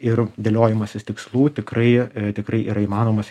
ir dėliojimasis tikslų tikrai tikrai yra įmanomas